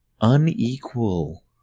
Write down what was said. unequal